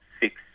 six